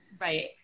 Right